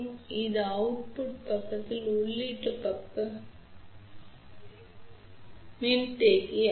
இது வெளியீட்டு பக்கத்தில் உள்ளீட்டு பக்க இணைப்பு மின்தேக்கியில் ஒரு இணைப்பு மின்தேக்கி ஆகும்